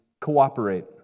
cooperate